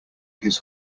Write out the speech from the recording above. his